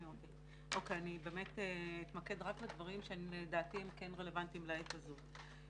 אני באמת אתמקד רק בדברים שלדעתי הם כן רלוונטיים לעת הזו.